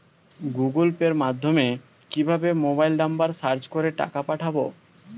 Google পের মাধ্যমে কিভাবে মোবাইল নাম্বার সার্চ করে টাকা পাঠাবো?